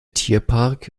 tierpark